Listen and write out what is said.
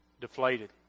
Deflated